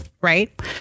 Right